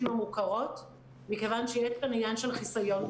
המוכרות מכיוון שיש כאן עניין של חיסיון.